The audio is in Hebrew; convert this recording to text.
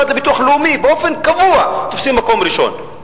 לביטוח לאומי: באופן קבוע תופסים מקום ראשון,